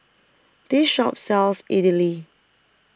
This Shop sells Idili